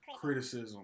criticism